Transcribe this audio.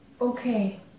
Okay